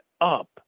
up